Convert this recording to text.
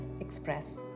express